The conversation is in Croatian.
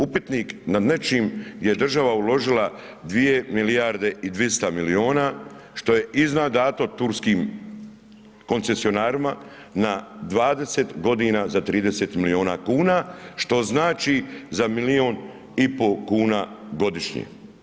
Upitnik nad nečim jer je država uložila 2 milijarde i 200 miliona što je iznadato turskim koncesionarima na 20 godina za 30 miliona kuna, što znači za milion i po kuna godišnje.